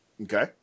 Okay